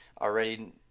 already